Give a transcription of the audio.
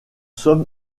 sommes